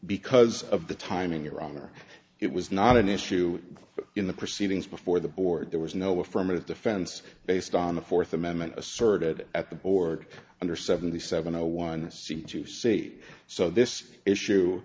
because of the time in your honor it was not an issue in the proceedings before the board there was no affirmative defense based on the fourth amendment asserted at the board under seventy seven no one seemed to say so this issue